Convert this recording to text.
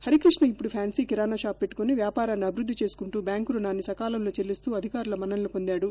హరికృష్ణ ఇప్పుడు ఫ్యాన్సీ కిరణా షాప్ పెట్టుకుని వ్యాపారాన్ని అభివృద్ది చేసుకుంటూ బ్యాంకు రుణాన్ని సకాలంలో చెల్లిస్తూ అధికారుల మన్ననలు పొందాడు